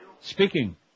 Speaking